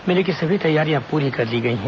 मेले की सभी तैयारियां पूरी कर ली गई हैं